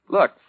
Look